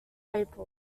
april